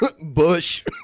Bush